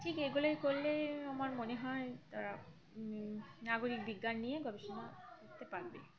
ঠিক এগুলো করলে আমার মনে হয় তারা নাগরিক বিজ্ঞান নিয়ে গবেষণা করতে পারবে